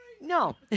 No